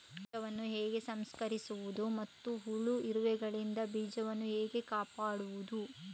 ಬೀಜವನ್ನು ಹೇಗೆ ಸಂಸ್ಕರಿಸುವುದು ಮತ್ತು ಹುಳ, ಇರುವೆಗಳಿಂದ ಬೀಜವನ್ನು ಹೇಗೆ ಕಾಪಾಡುವುದು?